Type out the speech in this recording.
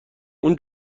اون